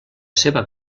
seva